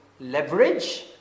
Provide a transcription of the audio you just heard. leverage